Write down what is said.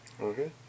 Okay